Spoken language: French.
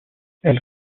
elle